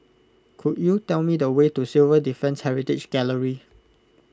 could you tell me the way to Civil Defence Heritage Gallery